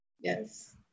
Yes